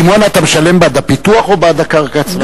בדימונה אתה משלם בעד הפיתוח או בעד הקרקע עצמה?